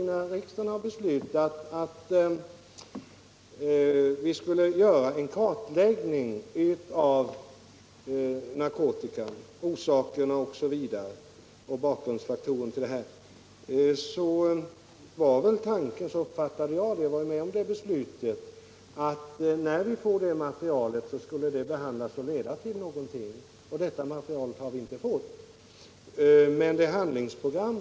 När riksdagen beslöt att vi skulle göra en kartläggning av orsakerna till narkotikamissbruket var väl tanken — så uppfattade jag det — att när vi får det materialet skall det behandlas och leda fram till någonting. Det materialet har vi ännu inte fått.